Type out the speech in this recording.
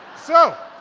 so,